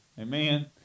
Amen